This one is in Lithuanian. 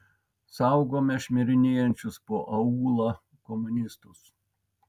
saugome šmirinėjančius po aūlą komunistus